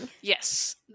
Yes